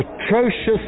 atrocious